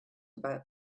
about